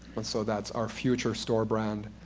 and so that's our future store brand,